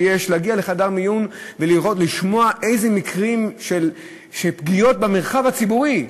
להגיע לחדר מיון ולשמוע איזה מקרים של פגיעות במרחב הציבורי,